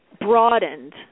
broadened